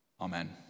amen